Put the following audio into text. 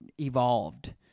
evolved